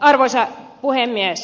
arvoisa puhemies